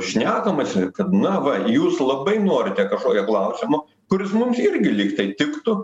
šnekama kad na va jūs labai norite kažkokio klausimo kuris mums irgi lyg tai tiktų